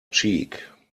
cheek